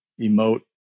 emote